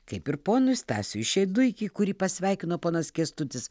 kaip ir ponui stasiui šeduikiui kurį pasveikino ponas kęstutis